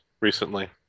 recently